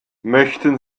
möchten